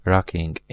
Rocking